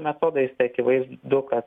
metodais tai akivaizdu kad